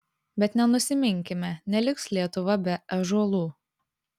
bet nenusiminkime neliks lietuva be ąžuolų